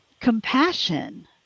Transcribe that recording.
compassion